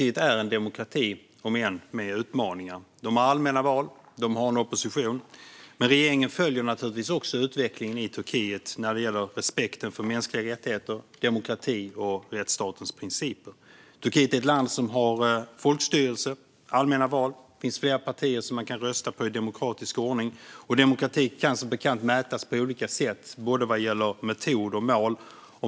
Herr talman! Turkiet är en demokrati, om än med utmaningar. De har allmänna val, och de har en opposition. Men regeringen följer naturligtvis också utvecklingen i Turkiet när det gäller respekten för mänskliga rättigheter, demokrati och rättsstatens principer. Turkiet är ett land med folkstyrelse och allmänna val. Det finns flera partier som man kan rösta på i demokratisk ordning. Demokrati kan som bekant mätas på olika sätt, både vad gäller metod och mål.